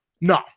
no